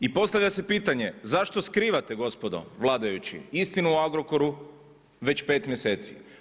I postavlja se pitanje zašto skrivate gospodo vladajući istinu o Agrokoru već pet mjeseci?